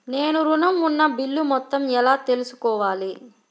నేను ఋణం ఉన్న బిల్లు మొత్తం ఎలా తెలుసుకోవాలి?